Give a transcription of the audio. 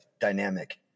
dynamic